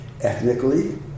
ethnically